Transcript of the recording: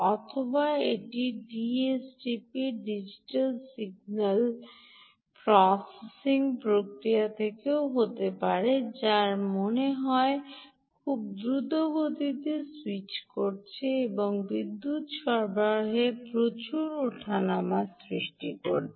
অথবা এটি DSPS digital signal প্রক্রিয়া থেকেও হতে পারে যা মনে হয় খুব দ্রুত গতিতে স্যুইচ করছে এবং বিদ্যুত সরবরাহে প্রচুর ওঠানামা সৃষ্টি করছে